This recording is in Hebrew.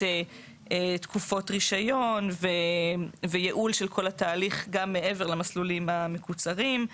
תקופות רישיון וייעול של כל התהליך גם מעבר למסלולים המקוצרים.